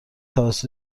توسط